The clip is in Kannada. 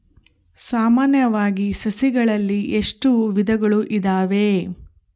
ಸಾಮಾನ್ಯವಾಗಿ ಸಸಿಗಳಲ್ಲಿ ಎಷ್ಟು ವಿಧಗಳು ಇದಾವೆ?